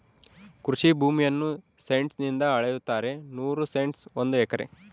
ಕೃಷಿ ಭೂಮಿಯನ್ನು ಸೆಂಟ್ಸ್ ನಿಂದ ಅಳೆಯುತ್ತಾರೆ ನೂರು ಸೆಂಟ್ಸ್ ಒಂದು ಎಕರೆ